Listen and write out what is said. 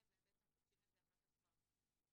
והם בעצם פוגשים את זה אחר כך כבר מבושל,